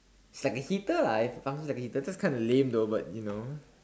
it's like a heater lah it functions like a heater just kinda lame though but you know